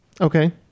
Okay